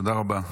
תודה רבה.